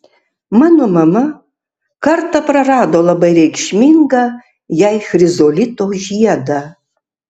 mano mama kartą prarado labai reikšmingą jai chrizolito žiedą